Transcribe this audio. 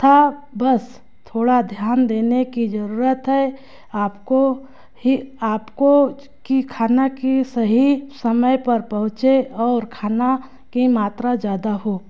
था बस थोड़ा ध्यान देने की ज़रूरत है आपको ही आपको कि खाना कि सही समय पर पहुँचे और खाना की मात्रा जादा हो